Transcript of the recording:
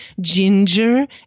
ginger